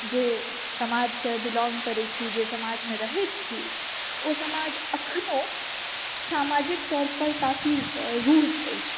जे समाज से बिलोंग करै छी जे समाज मे रहै छी ओ समाज अखनो सामाजिक तौर पर काफी रूढ़ अछि